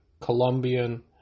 Colombian